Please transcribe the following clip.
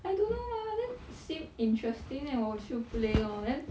I don't know mah then seem interesting then 我就 play lor then